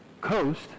coast